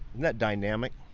that dynamic?